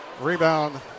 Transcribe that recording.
Rebound